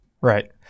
Right